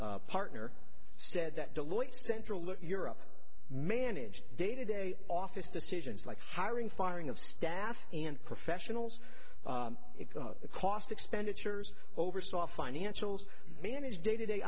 e partner said that the lawyers central europe manage day to day office decisions like hiring firing of staff and professionals cost expenditures oversaw financials manage day to day